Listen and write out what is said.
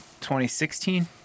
2016